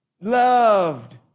Loved